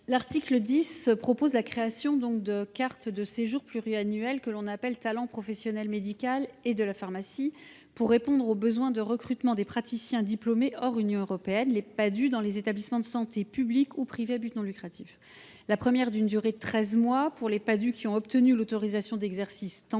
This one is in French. L’article 10 prévoit la création de deux cartes de séjour pluriannuelles « talent professions médicales et de la pharmacie », pour répondre au besoin de recrutement des praticiens diplômés hors de l’Union européenne dans les établissements de santé, publics ou privés à but non lucratif. La première est d’une durée de treize mois pour les Padhue ayant obtenu l’autorisation d’exercice temporaire